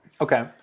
Okay